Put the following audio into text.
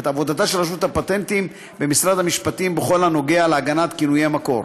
את עבודתה של רשות הפטנטים במשרד המשפטים בכל הקשור להגנת כינויי מקור.